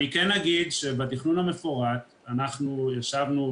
אני כן אגיד שבתכנון המפורט אנחנו ישבנו,